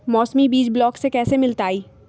मौसमी बीज ब्लॉक से कैसे मिलताई?